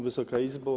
Wysoka Izbo!